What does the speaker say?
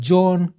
John